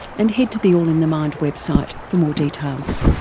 and head to the all in the mind website for more details.